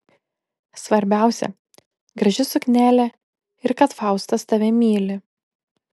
svarbiausia graži suknelė ir kad faustas tave myli